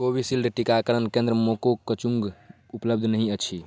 Covishield टीकाकरण केन्द्र मोकोकचुंग उपलब्ध नहि अछि